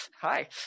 Hi